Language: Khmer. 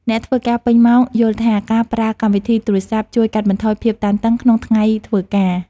អ្នកធ្វើការពេញម៉ោងយល់ថា ការប្រើកម្មវិធីទូរសព្ទជួយកាត់បន្ថយភាពតានតឹងក្នុងថ្ងៃធ្វើការ។